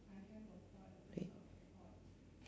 wait